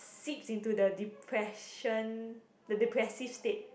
seeps into the depression the depressive state